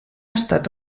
estat